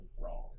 wrong